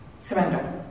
surrender